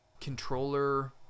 controller